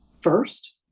first